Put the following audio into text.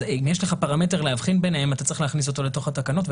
אז אם יש לך פרמטר להבחין ביניהם אתה צריך להכניס אותו לתוך התקנות.